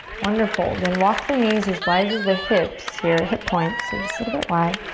wonderful, then walk the knees as wide as the hips here, hip points. so just a little bit wide.